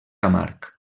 amarg